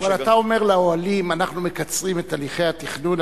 אבל אתה אומר לאוהלים: אנחנו מקצרים את הליכי התכנון,